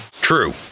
True